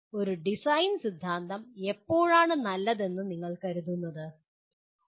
ഒരു ഡിസൈൻ സിദ്ധാന്തം എപ്പോഴാണ് നല്ലതെന്ന് നിങ്ങൾ കരുതുന്നുത്